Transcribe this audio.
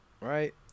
Right